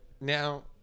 Now